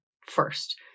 first